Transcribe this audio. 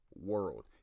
world